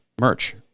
merch